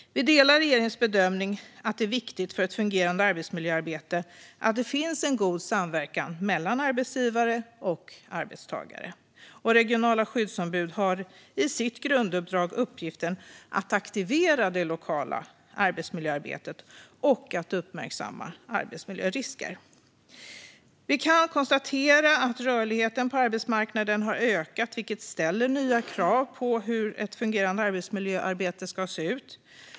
Vi delar regeringens bedömning att det är viktigt för ett fungerande arbetsmiljöarbete att det finns en god samverkan mellan arbetsgivare och arbetstagare. Regionala skyddsombud har i sitt grunduppdrag uppgiften att aktivera det lokala arbetsmiljöarbetet och att uppmärksamma arbetsmiljörisker. Vi kan konstatera att rörligheten på arbetsmarknaden har ökat, vilket ställer nya krav på hur ett fungerande arbetsmiljöarbete ska se ut.